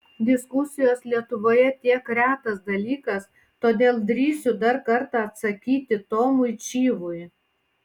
diskusijos lietuvoje tiek retas dalykas todėl drįsiu dar kartą atsakyti tomui čyvui